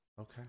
Okay